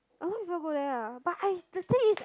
a lot of people go there ah but the thing is